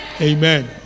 Amen